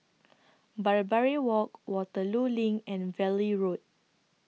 Barbary Walk Waterloo LINK and Valley Road